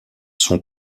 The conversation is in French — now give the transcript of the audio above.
son